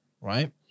right